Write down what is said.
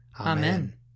Amen